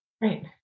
Right